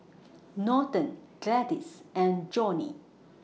Norton Gladis and Johnnie